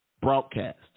broadcast